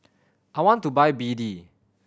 I want to buy B D